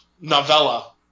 Novella